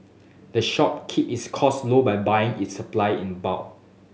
the shop keep its costs low by buying its supply in bulk